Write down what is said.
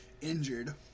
injured